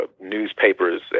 newspapers